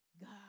God